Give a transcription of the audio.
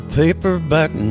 paperback